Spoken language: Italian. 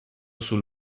sul